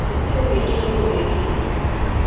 ਜਿੱਥੇ ਮੀਟਿੰਗ ਹੋਵੇਗੀ